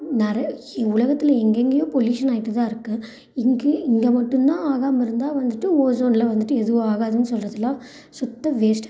நிறையா உலகத்தில் எங்கெங்கயோ பொல்யூஷன் ஆயிட்டுதான் இருக்குது இங்கையும் இங்கே மட்டும்தான் ஆகாமல் இருந்தால் வந்துட்டு ஓசோனில் வந்துட்டு எதுவும் ஆகாதுன்னு சொல்றதுலாம் சுத்த வேஸ்ட்